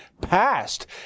passed